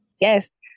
Yes